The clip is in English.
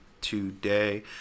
today